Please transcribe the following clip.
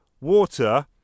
water